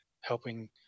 helping